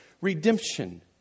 Redemption